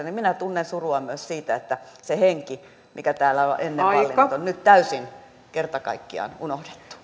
niin minä tunnen surua myös siitä että se henki mikä täällä on ennen vallinnut on nyt täysin kerta kaikkiaan unohdettu